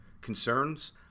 Concerns